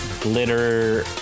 glitter